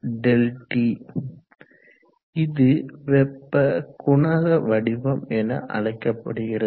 ΔT இது வெப்ப குணக வடிவம் என அழைக்கப்படுகிறது